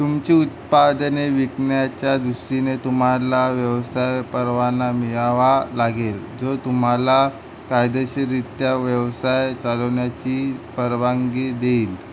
तुमची उत्पादने विकण्याच्या दृष्टीने तुम्हाला व्यवसाय परवाना मिळावा लागेल जो तुम्हाला कायदेशीररित्या व्यवसाय चालवण्याची परवानगी देईल